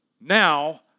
Now